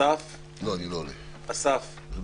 הישיבה ננעלה בשעה 10:35.